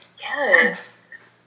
yes